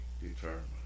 determined